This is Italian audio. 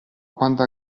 quando